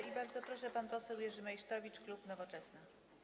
I bardzo proszę, pan poseł Jerzy Meysztowicz, klub Nowoczesna.